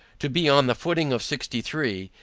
to be on the footing of sixty-three,